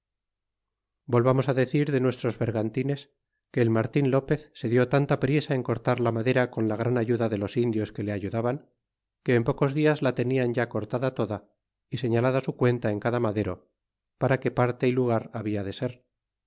volvamos decir de nuestros vergantines que cl martin lopez se dió tanta priesa en cortar la madera con la gran ayuda de los indios que le ayudaban que en pocos dias la tenian ya cortada toda y señalada su cuenta en cada madero para que parte y lugar habla de ser